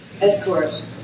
Escort